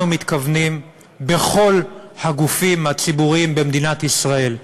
אנחנו מתכוונים בכל הגופים הציבוריים במדינת ישראל,